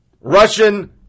Russian